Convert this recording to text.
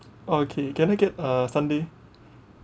okay can I get uh sunday